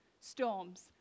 storms